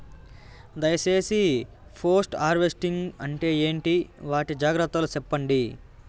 దయ సేసి post harvesting అంటే ఏంటి? వాటి జాగ్రత్తలు సెప్పండి?